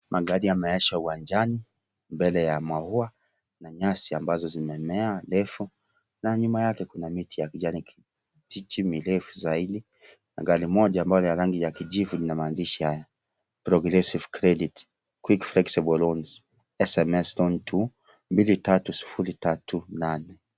Magari yameegheshwa uwanjani mbele ya maua na nyasi ambazo zimemea ndefu na nyuma yake kuna miti ya kijani kibichi mirefu zaidi na gari moja ambayo ni ya rangi ya kijivu lina maandishi haya progressive credit quick flexible loans sms loan to 23038.